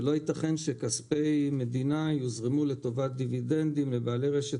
שלא ייתכן שכספי מדינה יוזרמו לטובת דיבידנדים ולבעלי רשת